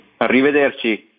Arrivederci